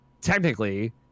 Technically